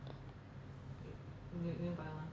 mutant